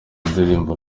ndirimbo